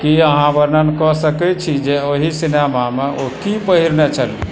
की अहाँ वर्णन कऽ सकय छी जे ओहि सिनेमामे ओ की पहिरने छलीह